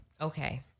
Okay